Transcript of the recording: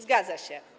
Zgadza się.